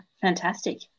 fantastic